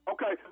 Okay